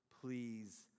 please